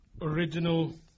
original